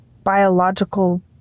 biological